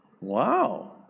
Wow